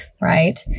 right